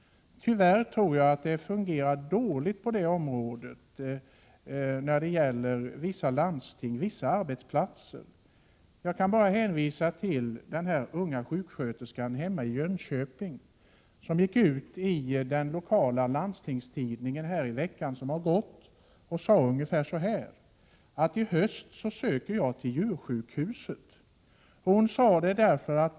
Tyvärr fungerar det, tror jag, dåligt på det området på vissa arbetsplatser. Jag kan hänvisa till den unga sjuksköterska hemma i Jönköping som i veckan som gick i den lokala landstingstidningen uttalade sig ungefär så här: I höst söker jag till djursjukhuset.